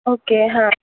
okay हां